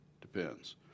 depends